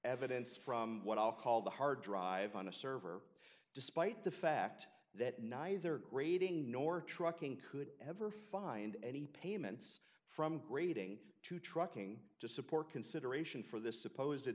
evidence from what i'll call the hard drive on a server despite the fact that neither grading nor trucking could ever find any payments from grading to trucking to support consideration for this supposed at